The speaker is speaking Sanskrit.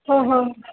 हा हा